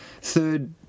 third